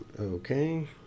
Okay